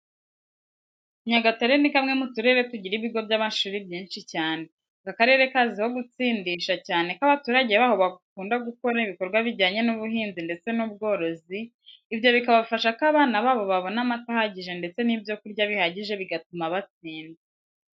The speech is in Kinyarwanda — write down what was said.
Nyagatare ni kamwe mu turere tugira ibigo by'amashuri byinshi cyane. Aka karere kazwiho gutsindisha cyane ko abaturage baho bakunda gukora ibikorwa bijyanye n'ubuhinzi ndetse n'ubworozi, ibyo bikabafasha ko abana babo babona amata ahagije ndetse n'ibyo kurya bihagije bigatuma batsinda.